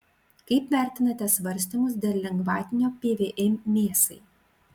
kaip vertinate svarstymus dėl lengvatinio pvm mėsai